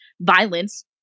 violence